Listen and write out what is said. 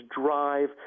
drive